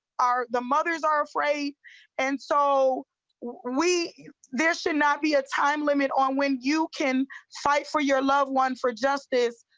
are the mothers are afraid and so we there should not be a time limit on when you can fight for your loved one for just